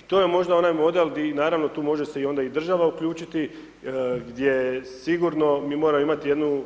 I to je možda onaj model di naravno tu može se onda i država uključiti, gdje sigurno mi moramo imati jednu,